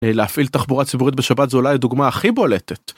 להפעיל תחבורה ציבורית בשבת זה אולי הדוגמה הכי בולטת.